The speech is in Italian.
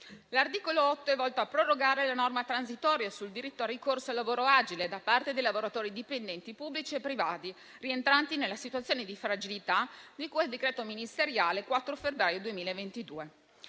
L'articolo 8 è volto a prorogare la norma transitoria sul diritto al ricorso al lavoro agile da parte dei lavoratori dipendenti pubblici e privati rientranti nella situazione di fragilità di cui al decreto ministeriale 4 febbraio 2022.